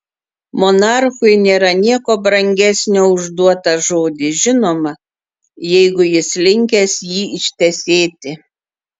monarchui nėra nieko brangesnio už duotą žodį žinoma jeigu jis linkęs jį ištesėti